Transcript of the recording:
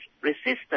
resistance